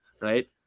right